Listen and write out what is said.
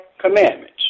commandments